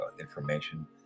information